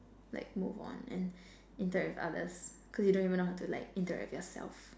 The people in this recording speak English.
like move on and interact with others cause you don't even know how to like interact with yourself